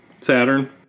Saturn